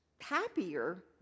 happier